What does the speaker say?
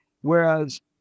Whereas